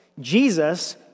Jesus